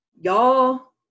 y'all